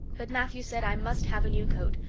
but matthew said i must have a new coat,